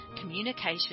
communication